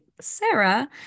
Sarah